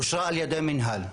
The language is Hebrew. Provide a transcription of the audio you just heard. אושרה על ידי מנהל,